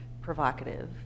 provocative